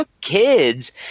kids